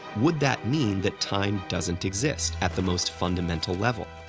would that mean that time doesn't exist, at the most fundamental level?